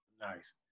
Nice